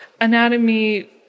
anatomy